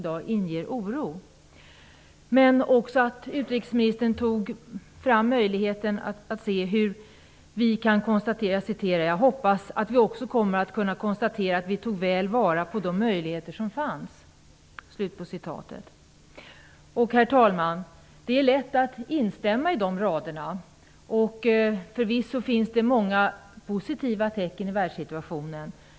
Jag vill poängtera att utrikesministern sade att vi tog väl vara på de möjligheter som fanns. Det är lätt att instämma i de raderna. Förvisso finns det många positiva tecken i världssituationen.